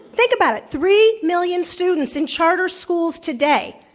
think about it. three million students in charter schools today.